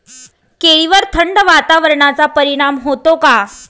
केळीवर थंड वातावरणाचा परिणाम होतो का?